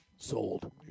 Sold